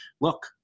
look